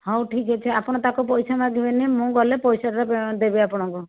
ହେଉ ଠିକ୍ ଅଛି ଆପଣ ତାକୁ ପଇସା ମାଗିବେନି ମୁଁ ଗଲେ ପଇସାଟା ଦେବି ଆପଣଙ୍କୁ